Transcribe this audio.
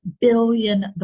billion